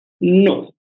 no